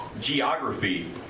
geography